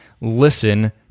listen